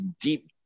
deep